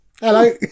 Hello